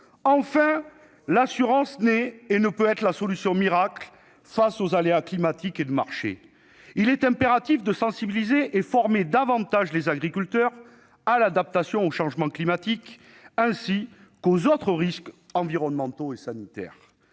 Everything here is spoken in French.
Enfin, l'assurance n'est pas et ne peut pas être la solution miracle face aux aléas climatiques et de marché. Il est impératif de sensibiliser et de former davantage les agriculteurs à l'adaptation au changement climatique, ainsi qu'aux autres risques environnementaux et sanitaires.